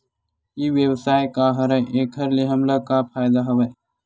ई व्यवसाय का हरय एखर से हमला का फ़ायदा हवय?